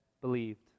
believed